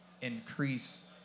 increase